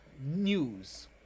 news